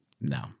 No